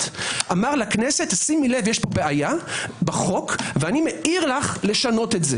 אמר לכנסת: שימי לב יש פה בעיה בחוק ואני מעיר לך לשנות את זה